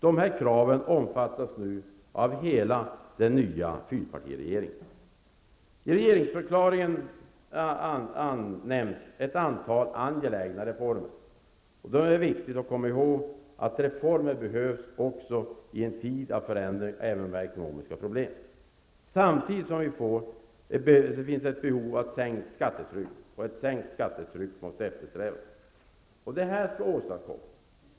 Dessa krav omfattas nu av hela den nya fyrpartiregeringen. I regeringsförklaringen nämns ett antal angelägna reformer. Det är viktigt att komma ihåg att reformer behövs också i en tid av förändring, även om vi har ekonomiska problem. Samtidigt finns ett behov av sänkt skattetryck, och sänkt skattetryck måste eftersträvas.